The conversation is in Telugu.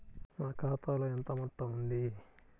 నా ఖాతాలో ఎంత మొత్తం ఉంది?